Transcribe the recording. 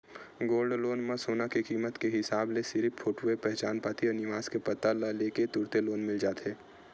gold loan म सोना के कीमत के हिसाब ले सिरिफ फोटूए पहचान पाती अउ निवास के पता ल ले के तुरते लोन मिल जाथे